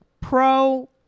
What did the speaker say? pro